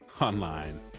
online